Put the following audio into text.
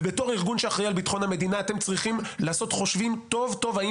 ובתור ארגון שאחראי על ביטחון המדינה אתם צריכים לעשות חושבים היטב האם